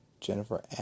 Jennifer